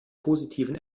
positiven